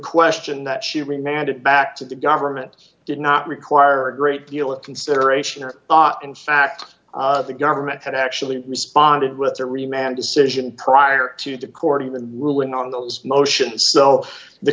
question that she remained it back to the government did not require a great deal of consideration or thought in fact the government had actually responded with a rematch decision prior to the court even ruling on those motions so the